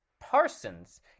Parsons